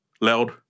loud